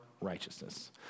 righteousness